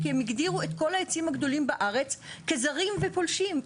כי הם הגדירו את כל העצים הגדולים בארץ כזרים ופולשים.